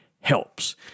helps